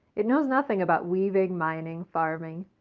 it knows nothing about weaving, mining, farming,